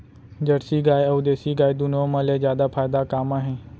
Jersey गाय अऊ देसी गाय दूनो मा ले जादा फायदा का मा हे?